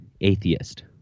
atheist